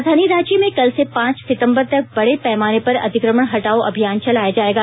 राजधानी रांची में कल से पांच सितंबर तक बड़े पैमाने पर अतिक्रमण हटाओ अभियान चलाया जायेगा